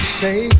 say